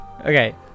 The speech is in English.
Okay